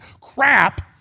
crap